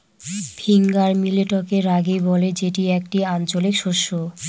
finger মিলেটকে রাগি বলে যেটি একটি আঞ্চলিক শস্য